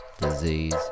disease